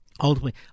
Ultimately